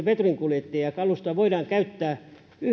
veturinkuljettajia ja kalustoa voidaan käyttää